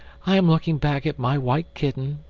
i am looking back at my white kitten,